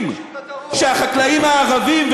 עושים פה צדק לחקלאים הערבים,